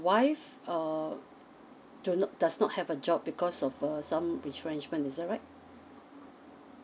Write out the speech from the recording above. wife err do does not have a job because of some retrenchment is it right